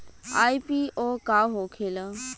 IPO का होखेला?